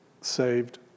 saved